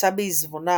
נמצא בעיזבונה